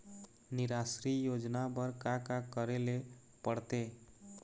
निराश्री योजना बर का का करे ले पड़ते?